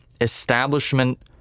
establishment